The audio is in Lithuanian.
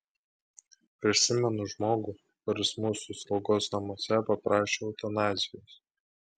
prisimenu žmogų kuris mūsų slaugos namuose paprašė eutanazijos